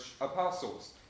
apostles